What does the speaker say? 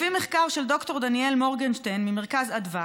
לפי מחקר של ד"ר דניאל מורגנשטרן ממרכז אדוה,